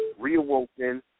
reawoken